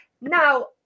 Now